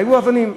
היו אבנים,